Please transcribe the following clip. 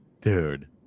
Dude